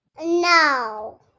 No